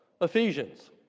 Ephesians